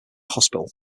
hospital